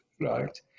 right